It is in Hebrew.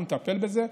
אנחנו נטפל בזה,